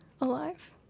alive